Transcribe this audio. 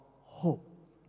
hope